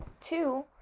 Two